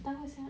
ketawa siak